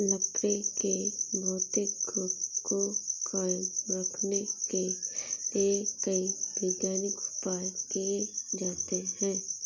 लकड़ी के भौतिक गुण को कायम रखने के लिए कई वैज्ञानिक उपाय किये जाते हैं